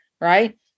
right